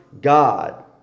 God